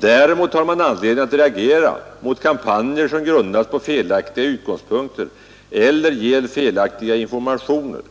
”Däremot har man anledning att reagera mot kampanjer som grundas på felaktiga utgångspunkter eller ger felaktiga informationer.